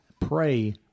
pray